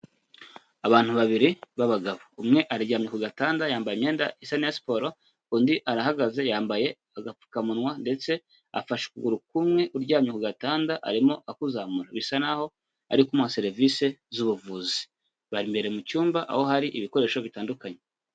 Abantu babiri b'abagabo, umwe aryamye ku gatanda yambaye imyenda isa n'iya siporo, undi arahagaze yambaye agapfukamunwa ndetse afashe ukuguru k'umwe uryamye ku gatanda, arimo akuzamura bisa n'aho ari kumuha serivise z'ubuvuzi, bari imbere mu cyumba aho hari ibikoresho bitandukanye.